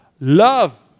Love